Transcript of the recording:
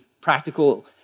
practical